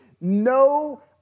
no